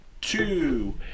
two